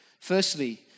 Firstly